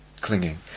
clinging